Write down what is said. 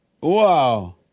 Wow